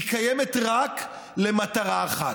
היא קיימת רק למטרה אחת: